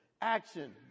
Action